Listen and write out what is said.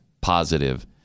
positive